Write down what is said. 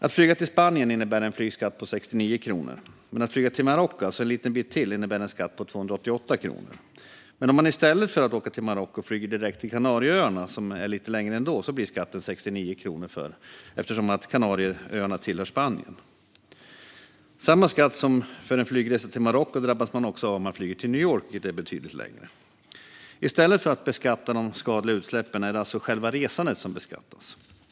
Att flyga till Spanien innebär en flygskatt på 69 kronor, men att flyga till Marocko, alltså en liten bit till, innebär en skatt på 288 kronor. Om man i stället för att åka till Marocko flyger direkt till Kanarieöarna, som är ändå lite längre, blir skatten 69 kronor eftersom Kanarieöarna tillhör Spanien. Samma skatt som för en flygresa till Marocko drabbas man också av om man flyger till New York, vilket är betydligt längre. I stället för att beskatta de skadliga utsläppen är det alltså själva resandet som beskattas.